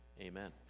Amen